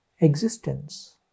existence